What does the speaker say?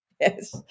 Yes